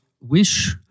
wish